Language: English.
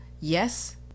yes